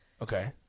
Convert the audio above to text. Okay